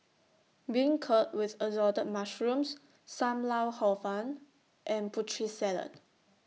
Beancurd with Assorted Mushrooms SAM Lau Hor Fun and Putri Salad